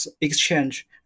exchange